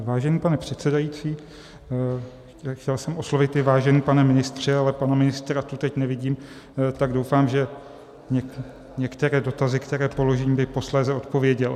Vážený pane předsedající, chtěl jsem oslovit i vážený pane ministře, ale pana ministra tu teď nevidím, tak doufám, že některé dotazy, které položím, by posléze odpověděl.